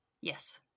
Yes